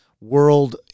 World